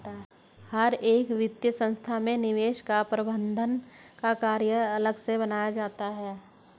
हर एक वित्तीय संस्था में निवेश प्रबन्धन का कार्यालय अलग से बनाया जाता है